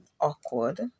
awkward